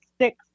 six